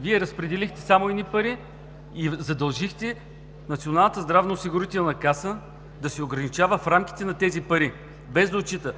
Вие разпределихте само едни пари и задължихте Националната здравноосигурителна каса да се ограничава в рамките на тези пари, без да отчита